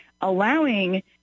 allowing